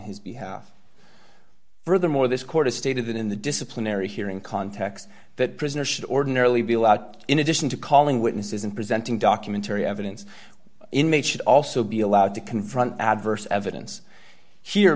his behalf furthermore this court has stated that in the disciplinary hearing context that prisoners should ordinarily be allowed in addition to calling witnesses and presenting documentary evidence inmates should also be allowed to confront adverse evidence he